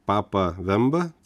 papa vemba